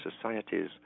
societies